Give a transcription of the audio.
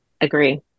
Agree